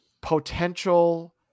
potential